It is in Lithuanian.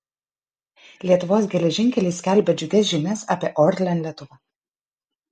lietuvos geležinkeliai skelbia džiugias žinias apie orlen lietuva